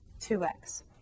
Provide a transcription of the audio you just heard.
2x